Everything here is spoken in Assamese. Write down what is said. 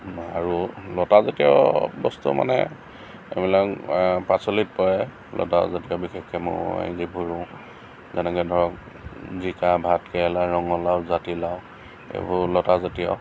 আৰু লতা জাতীয় বস্তু মানে এইবিলাক পাচলিত পৰে লতা জাতীয় বিশেষকে মই যিবোৰ যেনেকে ধৰক জিকা ভাত কেৰেলা ৰঙলাও জাতিলাও এইবোৰ লতা জাতীয়